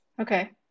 Okay